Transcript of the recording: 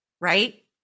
right